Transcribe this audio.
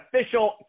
official